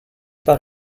par